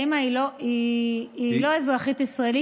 האימא היא לא אזרחית ישראלית,